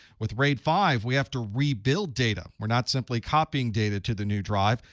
with raid five, we have to rebuild data. we're not simply copying data to the new drive.